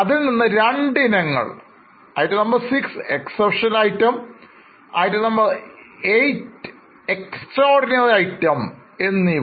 അതിൽനിന്നും നമ്മൾ രണ്ട് ഇനങ്ങളെ കുറയ്ക്കാൻ പോകുന്നു VI exceptional items VIII extraordinary items എന്നിവ